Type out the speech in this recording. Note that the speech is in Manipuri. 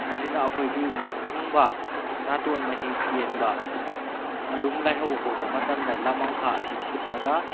ꯑꯁꯤꯅ ꯑꯩꯈꯣꯏꯒꯤ ꯂꯣꯛ ꯊꯨꯡꯕ ꯅꯥꯇꯣꯟ ꯃꯍꯤ ꯆꯦꯟꯕ ꯑꯔꯨꯝ ꯂꯥꯏꯍꯧ ꯍꯧꯕ ꯃꯇꯝꯗ ꯂꯧꯃꯥꯡꯈꯥ ꯑꯁꯤ ꯐꯨꯠꯂꯒ